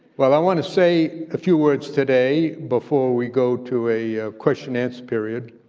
well, i want to say a few words today before we go to a question, answer period